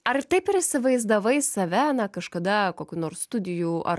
ar taip ir įsivaizdavai save na kažkada kokių nors studijų ar